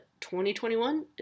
2021